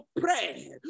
pray